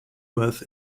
worth